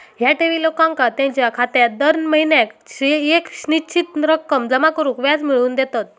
ह्या ठेवी लोकांका त्यांच्यो खात्यात दर महिन्याक येक निश्चित रक्कम जमा करून व्याज मिळवून देतत